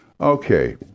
Okay